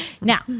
Now